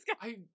I-